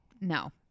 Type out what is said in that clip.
No